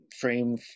frame